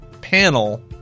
panel